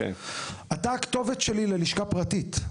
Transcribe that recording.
אתה הכתובת שלי ללשכה פרטית.